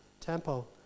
tempo